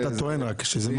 זה נושא חדש.